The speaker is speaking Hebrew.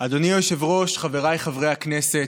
היושב-ראש, חבריי חברי הכנסת,